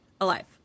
alive